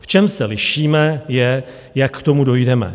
V čem se lišíme, je, jak k tomu dojdeme.